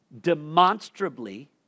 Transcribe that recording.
demonstrably